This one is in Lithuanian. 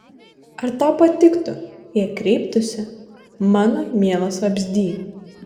ar tau patiktų jei kreiptųsi mano mielas vabzdy